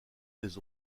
des